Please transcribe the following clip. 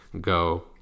Go